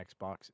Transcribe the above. Xbox